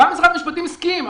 גם משרד המשפטים הסכים.